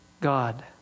God